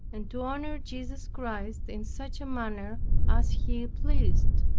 and to honor jesus christ in such a manner as he pleased.